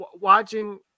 watching